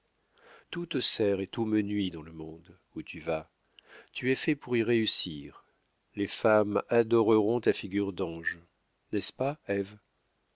te sert et tout me nuit dans le monde où tu vas tu es fait pour y réussir les femmes adoreront ta figure d'ange n'est-ce pas